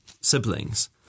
siblings